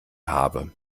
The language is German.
habe